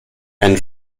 and